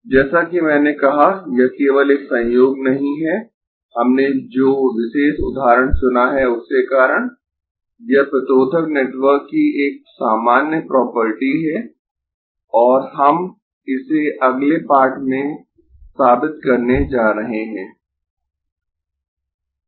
जैसा कि मैंने कहा यह केवल एक संयोग नहीं है हमने जो विशेष उदाहरण चुना है उसके कारण यह प्रतिरोधक नेटवर्क की एक सामान्य प्रॉपर्टी है और हम इसे अगले पाठ में साबित करने जा रहे है